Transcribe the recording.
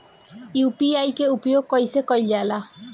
UPI के उपयोग कइसे कइल जाला?